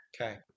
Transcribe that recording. Okay